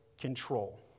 control